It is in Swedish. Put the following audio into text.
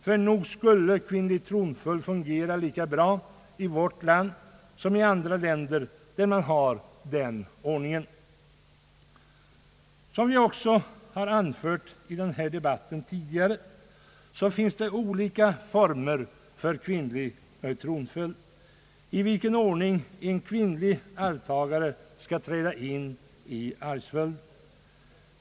Ty nog skul le kvinnlig tronföljd fungera lika bra i vårt land som i andra länder där man har den ordningen. Som vi också har anfört i den här debatten tidigare finns det olika former för kvinnlig tronföljd, ävs. i vilken ordning en kvinnlig arvtagare skall träda in i arvsföljden.